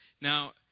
Now